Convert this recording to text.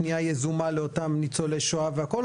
או שזה על פי רשימות ותהיה פנייה יזומה לאותם ניצולי שואה והכל,